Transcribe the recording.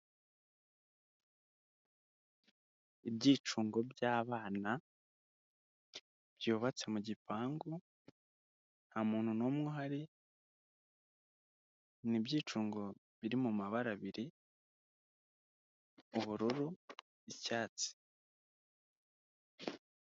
Ibyicungo by'abana byubatse mu gipangu, nta muntu numwe uhari ni ibyicungo biri mu mabara abiri ubururu, icyatsi.